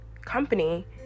company